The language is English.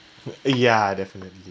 ya definitely